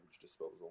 disposal